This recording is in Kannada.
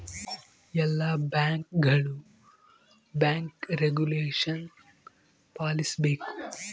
ಎಲ್ಲ ಬ್ಯಾಂಕ್ಗಳು ಬ್ಯಾಂಕ್ ರೆಗುಲೇಷನ ಪಾಲಿಸಬೇಕು